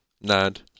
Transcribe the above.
NAD